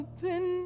Open